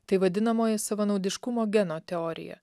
tai vadinamoji savanaudiškumo geno teorija